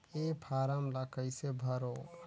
ये फारम ला कइसे भरो?